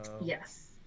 Yes